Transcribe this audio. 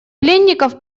пленников